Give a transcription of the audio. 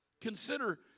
Consider